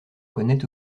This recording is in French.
connaît